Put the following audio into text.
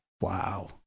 Wow